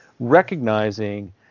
recognizing